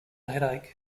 headache